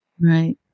right